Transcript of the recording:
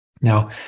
Now